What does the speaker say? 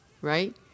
right